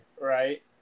right